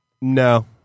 No